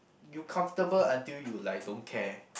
you comfortable until you like don't care